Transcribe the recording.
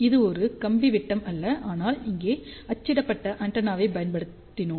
இது ஒரு கம்பி விட்டம் அல்ல ஆனால் இங்கே அச்சிடப்பட்ட ஆண்டெனாவைப் பயன்படுத்தினோம்